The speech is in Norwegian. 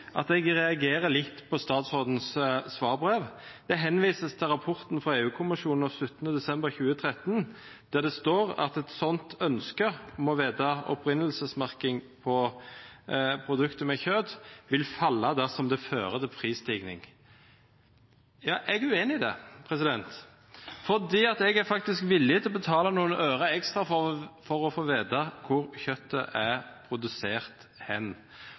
at jeg reagerer litt på statsrådens svarbrev. Det henvises til rapporten fra EU-kommisjonen av 17. desember 2013, der det står at et ønske om opprinnelsesmerking av produkter med kjøtt vil falle dersom det fører til prisstigning. Jeg er uenig i det, for jeg er faktisk villig til å betale noen øre ekstra for å få vite hvor kjøttet er produsert.